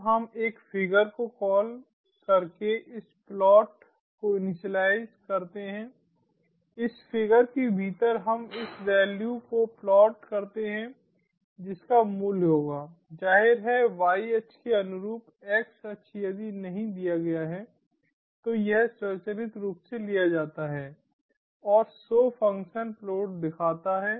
अब हम एक फिगर को कॉल करके इस प्लॉटिंग को इनिशियलाइज़ करते हैं इस फिगर के भीतर हम इस वैल्यू को प्लॉट करते हैं जिसका मूल्य होगा जाहिर है y अक्ष के अनुरूप x अक्ष यदि नहीं दिया गया है तो यह स्वचालित रूप से लिया जाता है और show फ़ंक्शन प्लॉट दिखाता है